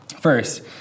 first